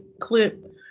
clip